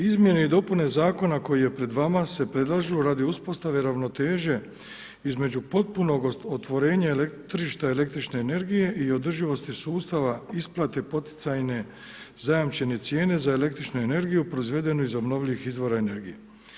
Izmjene i dopune zakona koji je pred vama se predlažu radi uspostave ravnoteže između potpunog otvorenja tržišta električne energije i održivosti sustava isplate poticajne zajamčene cijene za električnu energiju proizvedenu iz obnovljivih izvora energije.